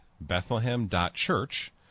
bethlehem.church